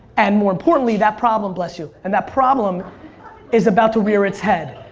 and more importantly that problem, bless you, and that problem is about to rear its head.